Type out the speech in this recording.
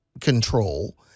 control